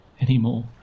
anymore